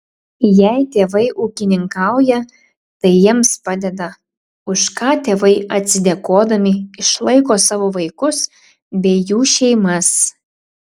jei tėvai ūkininkauja tai jiems padeda už ką tėvai atsidėkodami išlaiko savo vaikus bei jų šeimas